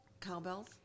cowbells